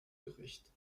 gerecht